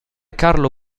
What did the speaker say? carlo